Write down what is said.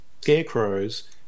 scarecrows